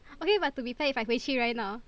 okay but to be fair if I 回去 right now